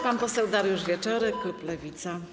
Pan poseł Dariusz Wieczorek, klub Lewica.